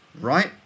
right